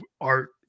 art